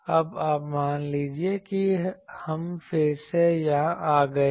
अब आप मान लीजिए कि हम फिर से यहां आ गए हैं